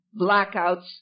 blackouts